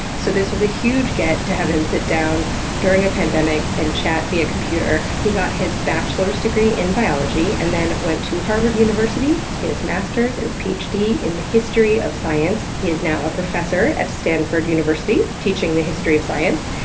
so this was a huge get to have him sit down during a pandemic and chat via computer. he got his bachelor's degree in biology, and then went to harvard university to get his master's and his phd in the history of science. he is now a professor at stanford university teaching the history of science.